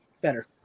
better